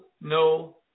no